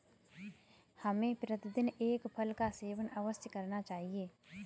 हमें प्रतिदिन एक फल का सेवन अवश्य करना चाहिए